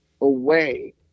away